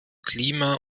klima